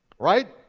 right?